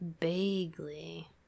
vaguely